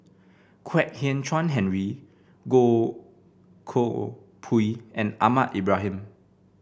Kwek Hian Chuan Henry Goh Koh Pui and Ahmad Ibrahim